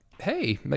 hey